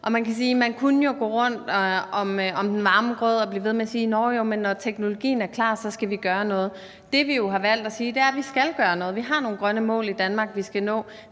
jo kunne gå rundt om den varme grød og blive ved med at sige: Nåh jo, men når teknologien er klar, skal vi gøre noget. Det, vi jo har valgt at sige, er, at vi skal gøre noget; vi har nogle grønne mål i Danmark, vi skal nå.